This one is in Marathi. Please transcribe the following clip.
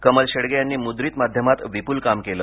कमल शेडगे यांनी मुद्रित माध्यमात विपुल काम केलं